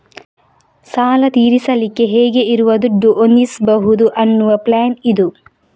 ಸಾಲ ತೀರಿಸಲಿಕ್ಕೆ ಹೇಗೆ ಇರುವ ದುಡ್ಡು ಹೊಂದಿಸ್ಬಹುದು ಅನ್ನುವ ಪ್ಲಾನ್ ಇದು